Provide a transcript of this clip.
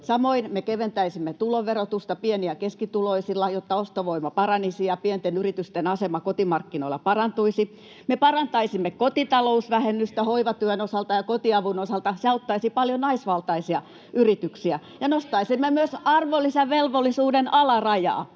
Samoin me keventäisimme tuloverotusta pieni‑ ja keskituloisilla, jotta ostovoima paranisi ja pienten yritysten asema kotimarkkinoilla parantuisi. Me parantaisimme kotitalousvähennystä hoivatyön osalta ja kotiavun osalta, mikä auttaisi paljon naisvaltaisia yrityksiä. Nostaisimme myös arvonlisävelvollisuuden alarajaa.